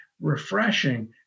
refreshing